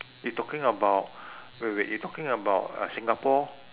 you talking about wait wait wait you talking about uh singapore